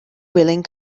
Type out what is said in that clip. willing